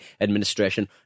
administration